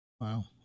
wow